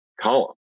column